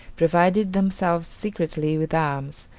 provided themselves secretly with arms,